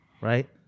Right